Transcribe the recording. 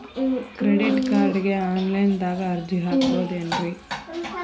Credit ಕಾರ್ಡ್ಗೆ online ದಾಗ ಅರ್ಜಿ ಹಾಕ್ಬಹುದೇನ್ರಿ?